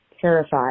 terrified